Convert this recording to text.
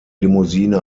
limousine